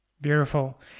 Beautiful